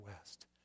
west